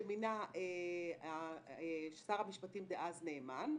שמינה שר המשפטים דאז, נאמן,